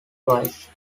twice